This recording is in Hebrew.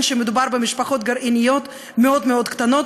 שמדובר במשפחות גרעיניות מאוד מאוד קטנות,